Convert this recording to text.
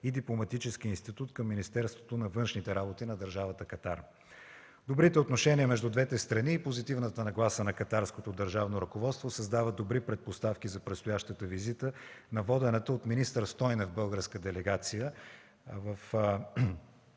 и Дипломатическия институт към Министерството на външните работи на държавата Катар. Добрите отношения между двете страни и позитивната нагласа на катарското държавно ръководство създават добри предпоставки за предстоящата визита на водената от министър Стойнев българска делегация